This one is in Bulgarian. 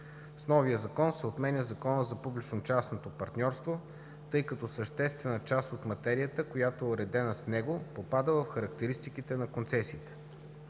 С новия закон се отменя Законът за публично-частното партньорство, тъй като съществена част от материята, която е уредена с него, попада в характеристиките на концесиите.